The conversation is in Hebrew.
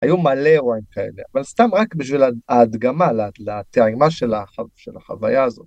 היו מלא אירועים כאלה, אבל סתם רק בשביל ההדגמה, לטעימה של של החוויה הזאת.